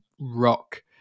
rock